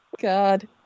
God